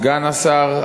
סגן השר,